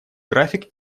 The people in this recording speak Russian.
график